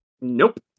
Nope